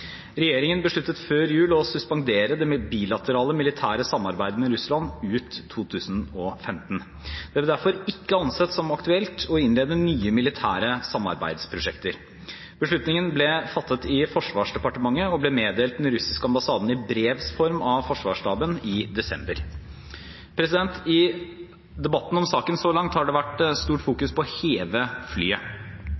Regjeringen besluttet før jul å suspendere det bilaterale, militære samarbeidet med Russland ut 2015. Det ble derfor ikke ansett som aktuelt å innlede nye militære samarbeidsprosjekter. Beslutningen ble fattet i Forsvarsdepartementet og ble meddelt den russiske ambassaden i brevs form av Forsvarsstaben i desember. I debatten om saken så langt har det vært stort fokus på å heve flyet.